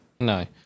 No